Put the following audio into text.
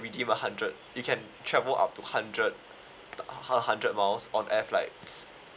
redeem a hundred you can travel up to hundred h~ her hundred miles on air flights